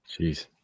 Jeez